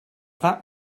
that